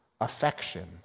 affection